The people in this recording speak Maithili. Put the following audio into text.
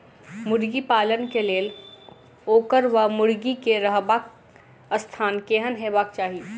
मुर्गी पालन केँ लेल ओकर वा मुर्गी केँ रहबाक स्थान केहन हेबाक चाहि?